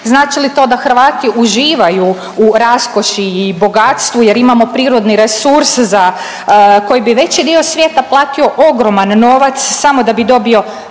Znači li to da Hrvati uživaju u raskoši i bogatstvu jer imamo prirodni resurs za koji bi veći dio svijeta platio ogroman novac samo da bi dobio